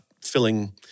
filling